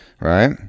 right